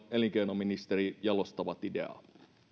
elinkeinoministeri jalostavat ideaa